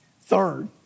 Third